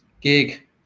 gig